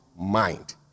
mind